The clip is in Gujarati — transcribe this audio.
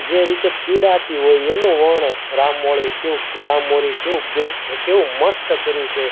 જે રીતે પિડાતી હોય એનું વર્ણન રામ મોરી કેવું રામ મોરી કેવું બેસ્ટ કેવું મસ્ત કર્યું છે